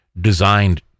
designed